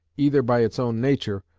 either by its own nature,